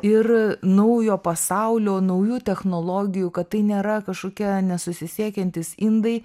ir naujo pasaulio naujų technologijų kad tai nėra kažkokie nesusisiekiantys indai